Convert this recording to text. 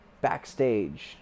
backstage